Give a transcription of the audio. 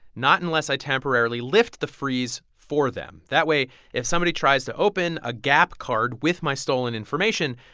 not unless i temporarily lift the freeze for them. that way if somebody tries to open a gap card with my stolen information,